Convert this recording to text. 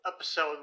episode